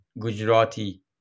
gujarati